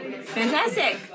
Fantastic